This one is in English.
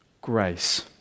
grace